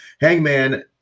Hangman